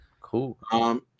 Cool